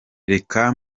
reka